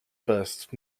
first